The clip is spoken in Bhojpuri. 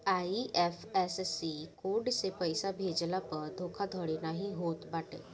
आई.एफ.एस.सी कोड से पइसा भेजला पअ धोखाधड़ी नाइ होत बाटे